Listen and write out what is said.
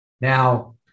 Now